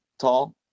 tall